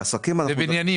בבניינים?